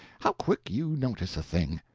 how quick you notice a thing!